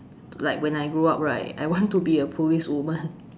like when I grew up right I want to be a policewoman